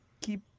keep